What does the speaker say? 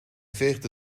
veegde